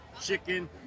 chicken